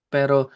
Pero